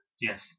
Yes